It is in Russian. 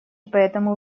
поэтому